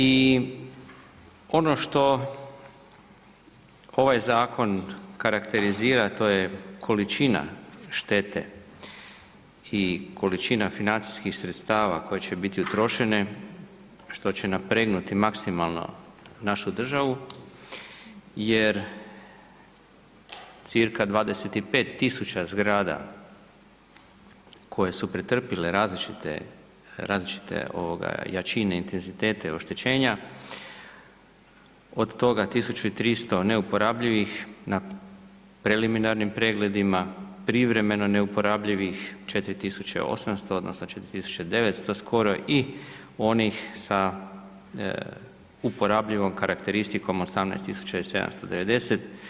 I ono što ovaj zakon karakterizira to je količina štete i količina financijskih sredstava koje će biti utrošene što će napregnuti maksimalno našu državu jer cca 25.000 zgrada koje su pretrpjele različite, različite ovoga jačine, intenzitete oštećenja, od toga 1.300 neuporabljivih na preliminarnim pregledima, privremeno neuporabljivih 4.800 odnosno 4.900 skoro i onih sa uporabljivom karakteristikom 18.790.